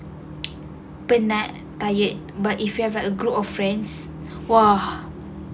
but not tired but if you have a group of friends !wah!